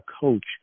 coach